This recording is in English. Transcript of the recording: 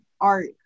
art